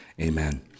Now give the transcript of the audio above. amen